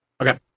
Okay